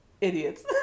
Idiots